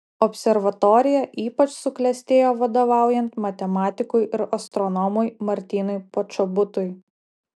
observatorija ypač suklestėjo vadovaujant matematikui ir astronomui martynui počobutui